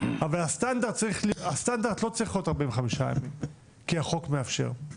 אבל הסטנדרט לא צריך להיות 45 ימים כי החוק מאפשר.